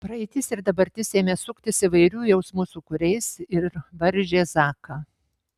praeitis ir dabartis ėmė suktis įvairių jausmų sūkuriais ir varžė zaką